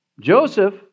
Joseph